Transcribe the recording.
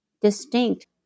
distinct